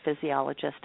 physiologist